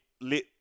let